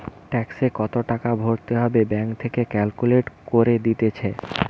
ট্যাক্সে কত টাকা ভরতে হবে ব্যাঙ্ক থেকে ক্যালকুলেট করে দিতেছে